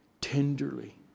tenderly